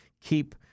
keep